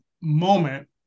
moment